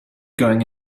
going